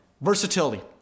versatility